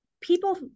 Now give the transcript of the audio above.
people